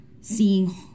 seeing